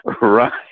Right